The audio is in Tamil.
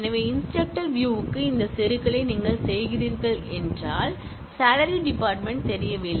எனவே இன்ஸ்டிரக்டர் வியூ க்கு இந்த செருகலை நீங்கள் செய்கிறீர்கள் என்றால் சாலரி டிபார்ட்மென்ட் தெரியவில்லை